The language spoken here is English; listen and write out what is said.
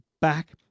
back